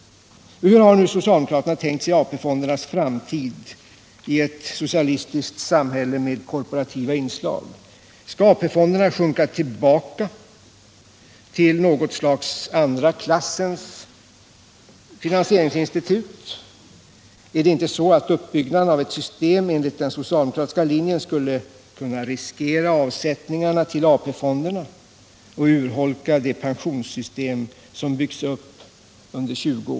Hur har socialdemokraterna tänkt sig AP-fondernas framtid i ett socialistiskt samhälle med korporativa inslag? Skall AP-fonderna sjunka tillbaka till något slags andra klassens finansieringsinstitut? Är det inte så att uppbyggnaden av ett system enligt den socialdemokratiska linjen skulle kunna riskera avsättningarna till AP-fonderna och urholka det pensionssystem som byggts upp under 20år?